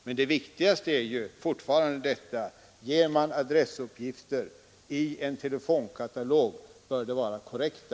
Men det viktigaste är fortfarande att om man lämnar adressuppgifter i telefonkatalogen, så bör de vara korrekta.